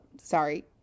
sorry